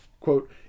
quote